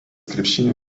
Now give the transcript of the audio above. krepšinio